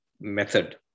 method